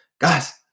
guys